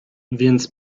więc